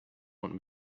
want